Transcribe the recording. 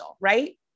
right